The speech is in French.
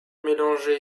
mélangé